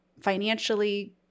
financially